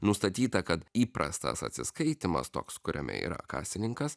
nustatyta kad įprastas atsiskaitymas toks kuriame yra kasininkas